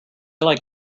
like